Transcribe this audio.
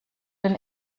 den